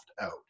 out